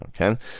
Okay